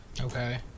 Okay